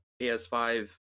PS5